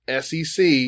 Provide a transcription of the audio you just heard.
SEC